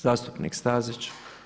Zastupnik Stazić.